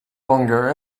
longer